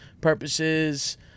purposes